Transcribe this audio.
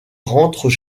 rentrent